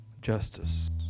Justice